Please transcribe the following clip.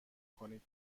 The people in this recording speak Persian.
کنید